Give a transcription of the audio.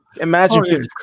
Imagine